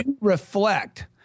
reflect